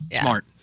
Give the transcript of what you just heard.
Smart